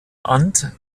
amt